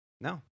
No